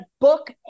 book